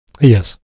Yes